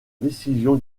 décision